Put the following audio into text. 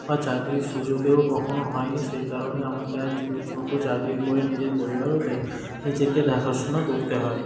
আর চাকরির সুযোগও কখনো হয়নি আর সেই কারণে আমাকে আজ ছোটো চাকরি করে নিজের পরিবার ও নিজেকে দেখাশোনা করতে হয়